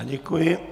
Děkuji.